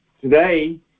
Today